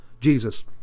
Jesus